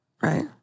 right